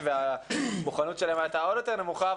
מאוד והמוכנות שלהם הייתה עוד יותר נמוכה.